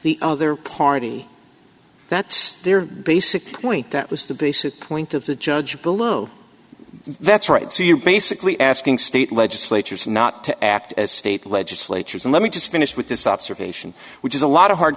the other party that's their basic point that was the basic point of the judge blew that's right so you're basically asking state legislatures not to act as state legislatures and let me just finish with this observation which is a lot of hard